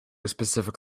specific